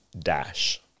Dash